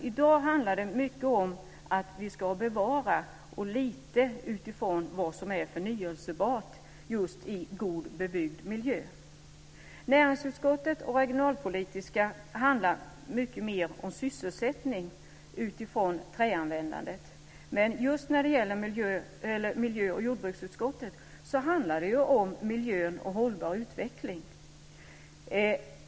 I dag handlar det mycket om att vi ska bevara och lite om vad som är förnybart i god bebyggd miljö. Näringsutskottet och den regionalpolitiska propositionen handlar mycket mer om sysselsättning utifrån träanvändandet, men just när det gäller miljö och jordbruksutskottet handlar det ju om miljö och hållbar utveckling.